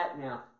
now